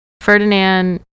Ferdinand